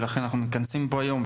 ולכן אנחנו מתכנסים פה היום.